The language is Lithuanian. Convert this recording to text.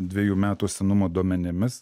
dviejų metų senumo duomenimis